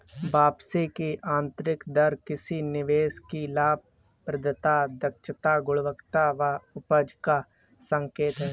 वापसी की आंतरिक दर किसी निवेश की लाभप्रदता, दक्षता, गुणवत्ता या उपज का संकेत है